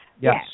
Yes